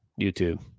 YouTube